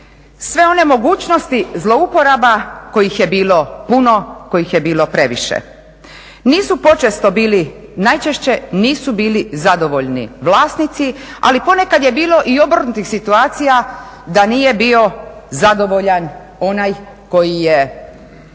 sve one mogućnosti zlouporaba kojih je bilo puno, kojih je bilo previše. Nisu počesto bili, najčešće nisu bili zadovoljni vlasnici ali ponekad je bilo i obrnutih situacija da nije bio zadovoljan onaj koji je